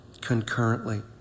concurrently